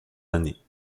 années